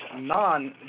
non